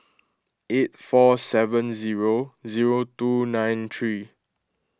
eight four seven zero zero two nine three